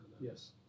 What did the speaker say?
Yes